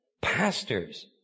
Pastors